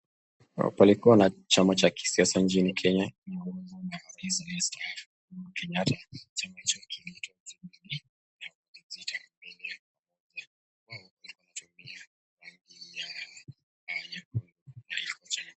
Kulikuwa na chama ya kisiasa nchini Kenya iliyoongozwa na rais aliye staafu. Chama hicho kinaitwa 'Jubilee' wao walikuwa wanatumia rangi ya nyekundu.